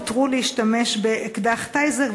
יותר להם להשתמש באקדח "טייזר",